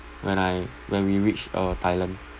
when I when we reach uh thailand